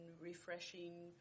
refreshing